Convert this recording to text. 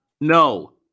No